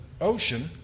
ocean